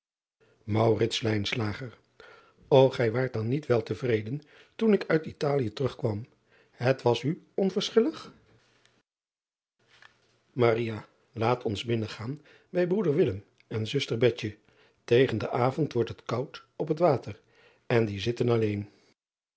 ij waart dan niet wel te vreden toen ik uit talië terugkwam het was u onverschillig aat ons binnengaan bij broeder en zuster egen den avond wordt het koud op het water en die zitten